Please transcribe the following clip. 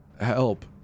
Help